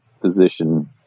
position